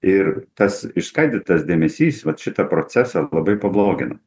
ir tas išskaidytas dėmesys vat šitą procesą labai pablogina